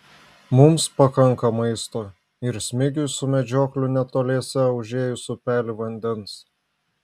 mums pakanka maisto ir smigiui su medžiokliu netoliese užėjus upelį vandens